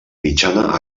mitjana